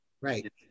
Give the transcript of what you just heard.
Right